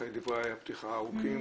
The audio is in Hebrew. אחרי דברי הפתיחה הארוכים,